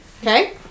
Okay